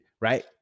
right